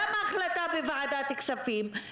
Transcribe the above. גם החלטה בוועדת הכספים,